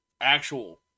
actual